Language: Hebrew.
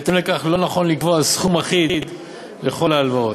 בהתאם לכך, לא נכון לקבוע סכום אחיד לכל ההלוואות.